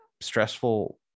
stressful